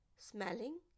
Smelling